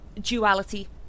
duality